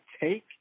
take